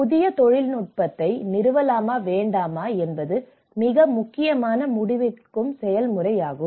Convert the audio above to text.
புதிய தொழில்நுட்பத்தை நிறுவலாமா வேண்டாமா என்பது மிக முக்கியமான முடிவெடுக்கும் செயல்முறையாகும்